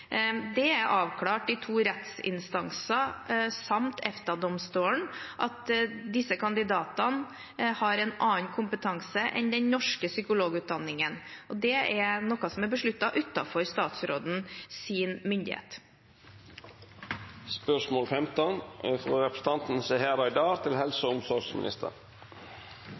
Det er avklart i to rettsinstanser samt EFTA-domstolen at disse kandidatene har en annen kompetanse enn den norske psykologutdanningen. Det er noe som er besluttet utenfor statsrådens myndighet. «Det kommersielle selskapet Aleris har vært i søkelyset for grov korrupsjon og